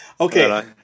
Okay